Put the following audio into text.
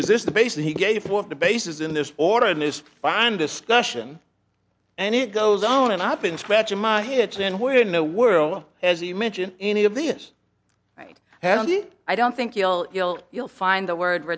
us is the base and he gave the bases in this order and is fine discussion and it goes on and i've been scratching my head saying we're in a world of as he mentioned any of this right i don't think i don't think you'll you'll you'll find the word